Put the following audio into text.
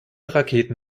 raketen